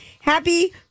Happy